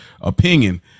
opinion